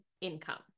income